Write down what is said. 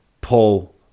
pull